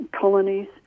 colonies